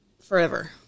forever